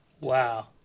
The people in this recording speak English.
Wow